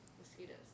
mosquitoes